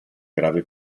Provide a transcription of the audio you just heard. grave